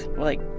like,